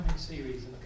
series